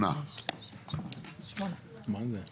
8 נמנעים, 0 ההסתייגות לא התקבלה.